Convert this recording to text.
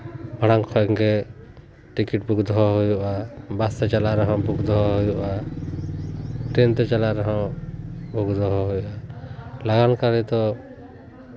ᱢᱟᱬᱟᱝ ᱠᱷᱚᱱ ᱜᱮ ᱴᱤᱠᱤᱴ ᱵᱩᱠ ᱫᱚᱦᱚ ᱦᱩᱭᱩᱜᱼᱟ ᱵᱟᱥᱛᱮ ᱪᱟᱞᱟᱜ ᱨᱮᱦᱚᱸ ᱵᱩᱠ ᱫᱚ ᱦᱩᱭᱩᱜᱼᱟ ᱴᱨᱮᱱ ᱛᱮ ᱪᱟᱞᱟᱜ ᱨᱮᱦᱚᱸ ᱵᱩᱠ ᱫᱚᱦᱚ ᱦᱩᱭᱩᱜᱼᱟ ᱞᱟᱜᱟᱱ ᱠᱟᱹᱨᱤ ᱫᱚ